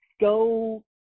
go